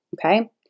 Okay